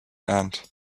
end